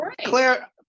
Claire